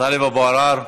טלב אבו עראר,